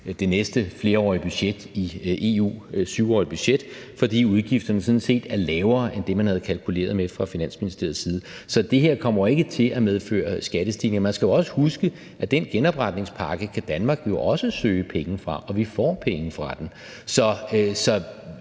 det næste flerårige budget i EU, dvs. 7-årige budget, sådan set er lavere end det, man havde kalkuleret med fra Finansministeriets side. Så det her kommer ikke til at medføre skattestigning. Man skal jo også huske, at den genopretningspakke kan Danmark jo også søge penge fra, og vi får penge fra den. Så